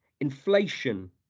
inflation